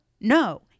No